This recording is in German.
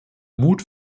mut